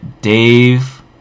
Dave